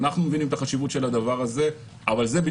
אנחנו מבינים את החשיבות של הדבר הזה,